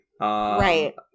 Right